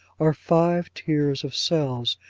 are five tiers of cells,